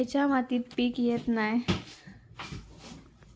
खयच्या मातीत पीक येत नाय?